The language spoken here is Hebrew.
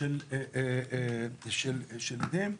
של עדים,